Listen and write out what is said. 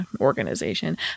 organization